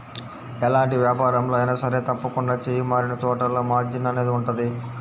ఎలాంటి వ్యాపారంలో అయినా సరే తప్పకుండా చెయ్యి మారినచోటల్లా మార్జిన్ అనేది ఉంటది